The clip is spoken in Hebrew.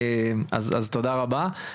אז תודה רבה.